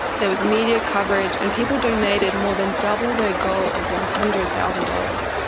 there was media coverage, and people donated more than double their goal of one hundred thousand dollars.